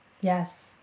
Yes